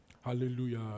Hallelujah